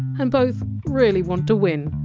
and both really want to win.